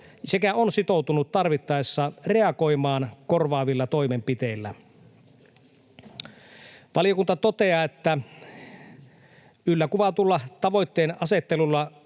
sekä on sitoutunut tarvittaessa reagoimaan korvaavilla toimenpiteillä. Valiokunta toteaa, että yllä kuvatulla tavoitteenasettelulla